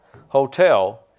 hotel